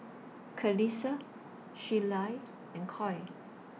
Kelsea Sheyla and Coy